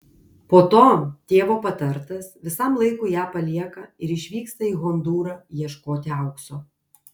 po to tėvo patartas visam laikui ją palieka ir išvyksta į hondūrą ieškoti aukso